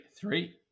Three